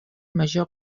major